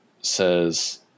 says